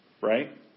Right